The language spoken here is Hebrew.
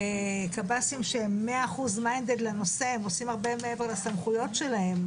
קבסי"ם שהם 100% MINDED לנושא הם עושים הרבה מעבר לסמכויות שלהם,